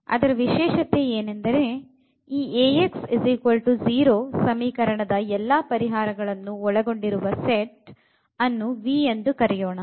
ಏನೆಂದರೆಈ Ax0 ಸಮೀಕರಣದ ಎಲ್ಲಾ ಪರಿಹಾರಗಳನ್ನು ಒಳಗೊಂಡಿರುವ ಸೆಟ್ ಅನ್ನು V ಎಂದು ಕರೆಯೋಣ